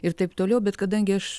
ir taip toliau bet kadangi aš